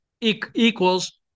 equals